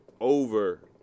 over